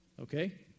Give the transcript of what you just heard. Okay